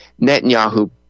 Netanyahu